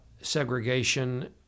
segregation